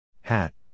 Hat